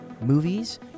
movies